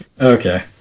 Okay